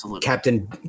Captain